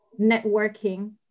networking